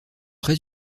très